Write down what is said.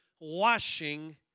washing